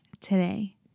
today